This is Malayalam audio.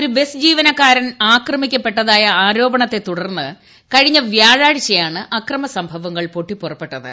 ഒരു ബസ് ജിവനക്കാരൻ ആക്രമിക്കപ്പെട്ടതായ ആരോപണത്തെത്തുടർന്ന് കഴിഞ്ഞ വ്യാഴ്ച്ചയാണ് അക്രമസംഭവങ്ങൾ പൊട്ടിപ്പുറപ്പെട്ടത്